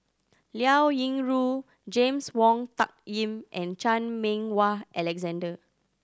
Liao Yingru James Wong Tuck Yim and Chan Meng Wah Alexander